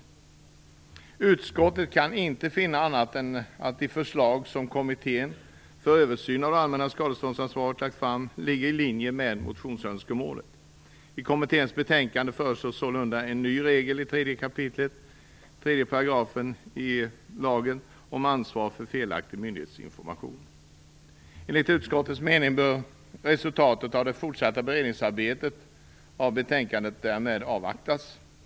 Utskottet kan inte finna annat än att de förslag som Kommittén för översyn av det allmännas skadeståndsansvar lagt fram ligger i linje med motionsönskemålen. I kommitténs betänkande föreslås sålunda en ny regel om ansvar för felaktig myndighetsinformation i 3 kap. 3 § i lagen. Enligt utskottets mening bör resultatet av det fortsatta arbetet med beredning av ärendet därmed avvaktas.